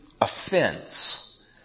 offense